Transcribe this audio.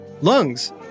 lungs